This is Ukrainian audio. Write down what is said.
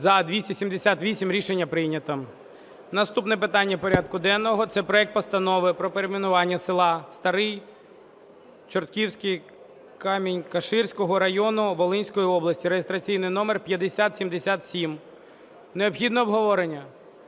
За-278 Рішення прийнято. Наступне питання порядку денного – проект Постанови про перейменування села Старий Чорторийськ Камінь-Каширського району Волинської області (реєстраційний номер 5077). Необхідне обговорення?